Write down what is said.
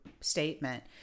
statement